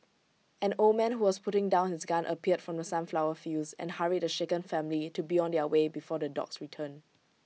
an old man who was putting down his gun appeared from the sunflower fields and hurried the shaken family to be on their way before the dogs return